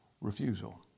refusal